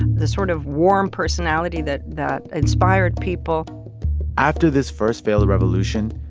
the sort of warm personality that that inspired people after this first failed revolution,